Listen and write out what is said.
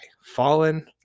Fallen